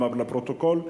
וגם לפרוטוקול,